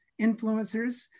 influencers